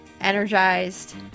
energized